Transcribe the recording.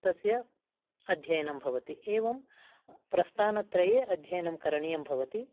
तस्य अध्ययनं भवति एवं प्रस्थानत्रये अध्ययनं करणीयं भवति